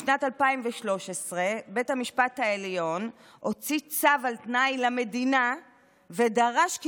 בשנת 2013 בית המשפט העליון הוציא צו על תנאי למדינה ודרש כי